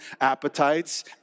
appetites